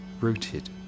rooted